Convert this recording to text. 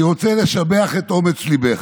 אני רוצה לשבח את אומץ ליבך.